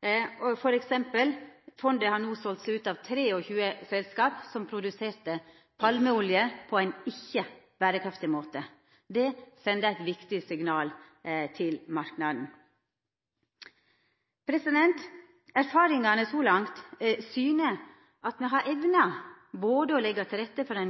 t.d. har fondet no selt seg ut av 23 selskap som produserte palmeolje på ein ikkje berekraftig måte. Det sender eit viktig signal til marknaden. Erfaringane så langt syner at me har evna å leggja til rette for ei